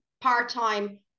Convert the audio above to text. part-time